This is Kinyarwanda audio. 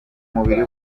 mubiri